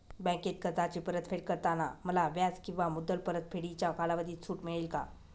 बँकेत कर्जाची परतफेड करताना मला व्याज किंवा मुद्दल परतफेडीच्या कालावधीत सूट मिळेल का?